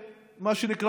מה שמה היום?